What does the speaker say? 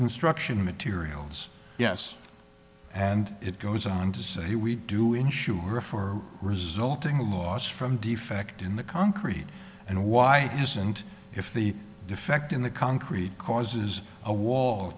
construction materials yes and it goes on to say we do insure for resulting loss from defect in the concrete and why isn't if the defect in the concrete causes a wall